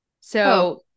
So-